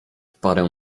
parę